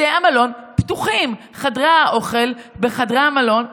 בתי המלון פתוחים, חדרי האוכל בבתי המלון פתוחים,